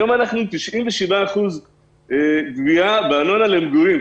היום אנחנו ב-97% גבייה בארנונה למגורים,